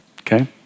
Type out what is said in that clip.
okay